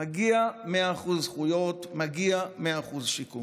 100% זכויות, 100% שיקום,